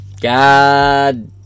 God